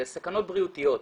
לסכנות בריאותיות.